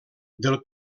del